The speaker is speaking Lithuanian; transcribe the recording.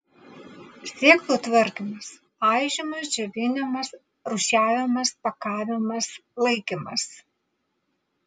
sėklų tvarkymas aižymas džiovinimas rūšiavimas pakavimas laikymas